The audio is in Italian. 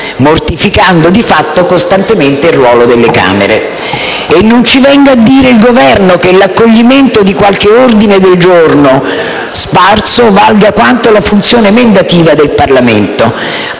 mortificando di fatto costantemente il ruolo delle Camere. E non ci venga a dire il Governo che l'accoglimento di qualche ordine del giorno sparso valga quanto la funzione emendativa del Parlamento.